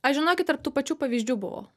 aš žinokit tarp tų pačių pavyzdžių buvau